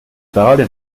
parole